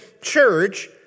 church